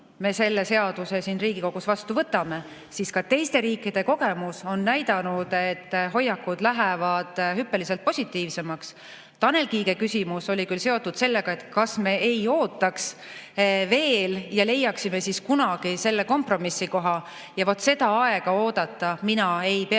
me selle seaduse siin Riigikogus vastu võtame, siis nagu ka teiste riikide kogemus on näidanud, hoiakud lähevad hüppeliselt positiivsemaks. Tanel Kiige küsimus oli küll seotud sellega, kas me ei ootaks veel ja leiaksime kunagi [hiljem] selle kompromissikoha. Vot seda aega oodata mina ei pea